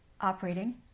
operating